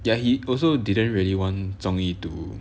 ya he also didn't really want zhong yi to